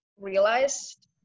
realized